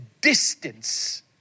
distance